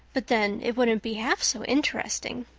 but then it wouldn't be half so interesting.